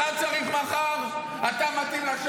אתה מבין?